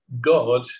God